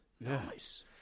Nice